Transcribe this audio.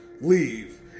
leave